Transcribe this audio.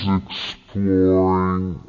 exploring